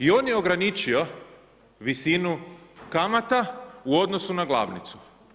I on je ograničio visinu kamata u odnosu na glavnicu.